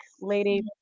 lady